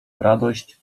radość